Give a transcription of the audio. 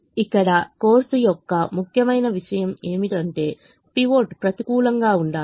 ఇక్కడ కోర్సు యొక్క ముఖ్యమైన విషయం ఏమిటంటే పైవట్ ప్రతికూలంగా ఉండాలి